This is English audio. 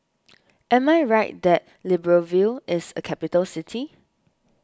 am I right that Libreville is a capital city